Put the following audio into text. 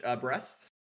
breasts